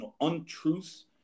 untruths